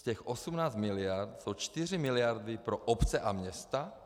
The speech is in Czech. Z těch 18 miliard jsou 4 miliardy pro obce a města.